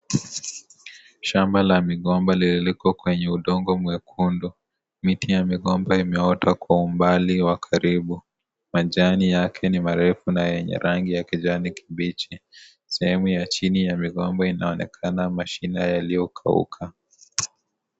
Shamba la migomba lililoko kwenye udongo mwekundu. Miti ya migomba imeota kwa umbali wa karibu. Manjani yake ni marefu na yenye rangi ya kijani kibichi. Sehemu ya chini ya migomba inaonekana, mashine yaliyokauka.